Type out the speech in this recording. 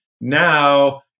now